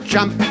Jump